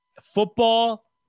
Football